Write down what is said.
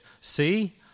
see